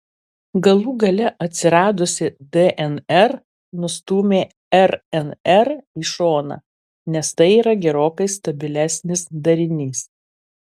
galų gale atsiradusi dnr nustūmė rnr į šoną nes tai yra gerokai stabilesnis darinys